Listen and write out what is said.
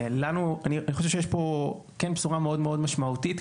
אני חושב שיש פה כן בשורה מאוד מאוד משמעותית,